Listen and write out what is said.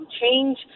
change